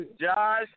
Josh